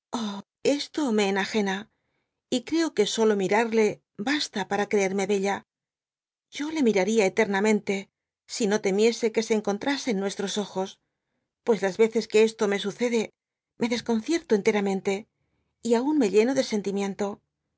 esto me enagena y creo qae solo mirarle basta para creerme bella yo le miraría eternamente si no temiese que se encontrasen nuestros ojos pues las ec que esto me sucede me desconcierto enteramente y aun me lleno de sentimiento